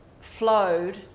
flowed